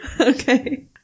Okay